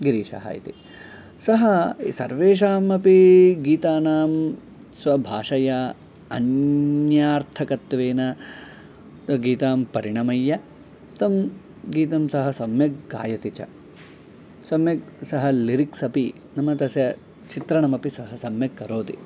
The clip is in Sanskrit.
गिरीशः इति सः सर्वेषां अपि गीतानां स्वभाषया अन्यार्थकत्वेन क गीतां परिणमय तं गीतं सः सम्यक् गायति च सम्यक् सः लिरिक्स् अपि नाम तस्य चित्रणमपि सः सम्यक् करोति